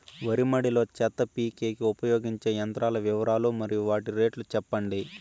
వరి మడి లో చెత్త పీకేకి ఉపయోగించే యంత్రాల వివరాలు మరియు వాటి రేట్లు చెప్పండి?